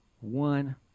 One